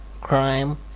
Crime